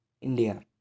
India